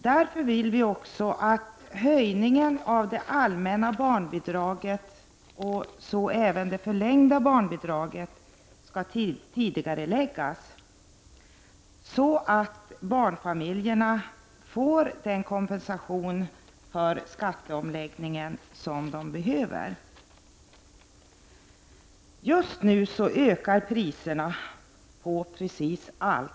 Därför vill vi att höjningen av det allmänna barnbidraget och även det förlängda barnbidraget skall tidigareläggas, så att barnfamiljerna får den kompensation för skatteomläggningen som de behöver. Just nu ökar priserna på precis allt.